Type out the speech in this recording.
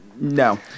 No